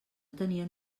tenien